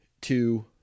two